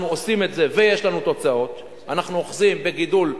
אנחנו עושים את זה,